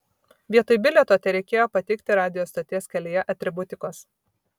vietoj bilieto tereikėjo pateikti radijo stoties kelyje atributikos